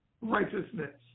righteousness